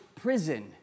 prison